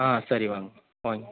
ஆ சரி வாங்க ஓகே